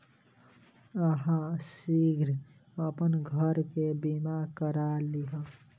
अहाँ शीघ्र अपन घर के बीमा करा लिअ